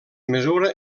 mesura